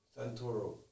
santoro